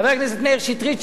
חבר הכנסת שטרית,